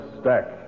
stack